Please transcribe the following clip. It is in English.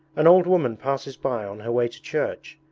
an old woman passes by on her way to church,